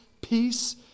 Peace